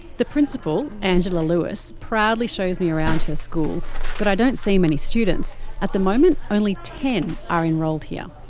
the principal, angela lewis, proudly shows me around her school but i don't see many students at the moment only ten are enrolled here.